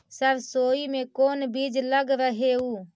सरसोई मे कोन बीज लग रहेउ?